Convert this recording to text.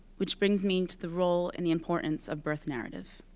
which brings me to the role and the importance of birth narrative.